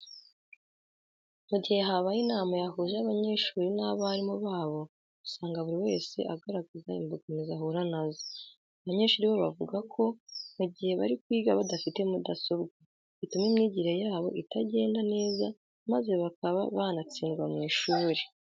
Mu gihe habaye inama yahuje abanyeshuri n'abarimu babo usanga buri wese agaragaza imbogamizi ahura na zo. Abanyeshuri bo bavuga ko mu gihe bari kwiga badafite mudasobwa bituma imyigire yabo itagenda neza maze bakaba banatsindwa mu ishuri.